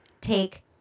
take